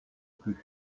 plus